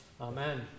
Amen